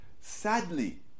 Sadly